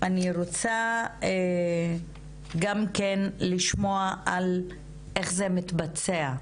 אני רוצה גם כן לשמוע על איך זה מתבצע,